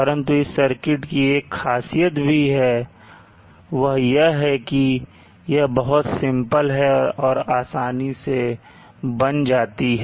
परंतु इस सर्किट की एक ख़ासियत भी है कि यह बहुत सिंपल है और आसानी से बन जाती है